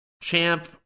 champ